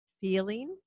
feeling